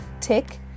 Tick